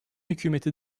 hükümeti